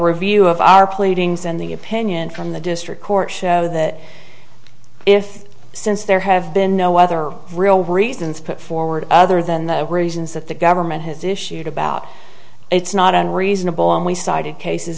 review of our pleadings and the opinion from the district court show that if since there have been no other real reasons put forward other than the reasons that the government has issued about it's not unreasonable and we cited cases